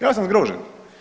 Ja sam zgrožen.